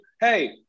hey